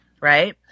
right